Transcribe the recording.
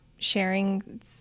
sharing